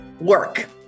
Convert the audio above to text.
work